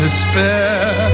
Despair